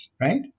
right